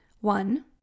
one